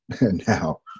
now